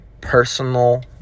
personal